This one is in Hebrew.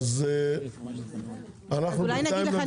כי אין לי מספיק ידע.